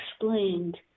explained